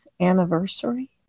anniversary